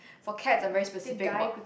for cats are very specific about